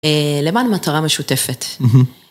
למען מטרה משותפת. - אהמ.